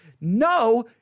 no